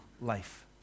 life